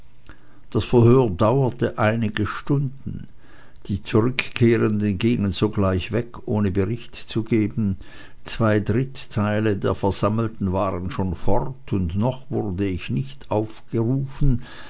das verhör dauerte einige stunden die zurückkehrenden gingen sogleich weg ohne bericht zu geben zwei dritteile der versammelten waren schon fort und noch wurde ich nicht aufgerufen